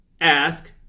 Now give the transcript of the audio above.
Ask